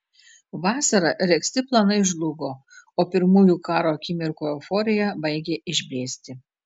vasarą regzti planai žlugo o pirmųjų karo akimirkų euforija baigė išblėsti